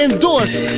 Endorsed